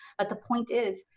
but the point is,